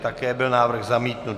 Také byl návrh zamítnut.